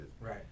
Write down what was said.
Right